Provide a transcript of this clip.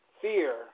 fear